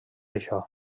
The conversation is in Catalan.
això